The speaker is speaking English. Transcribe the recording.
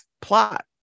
plot